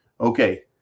Okay